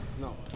No